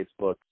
Facebook